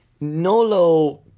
nolo